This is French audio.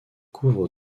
couvre